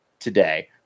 Today